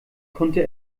konnte